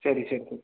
சரி சரி சரி